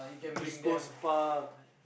East-Coast-Park